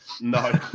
No